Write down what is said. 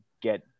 get